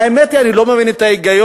האמת היא: אני לא מבין את ההיגיון,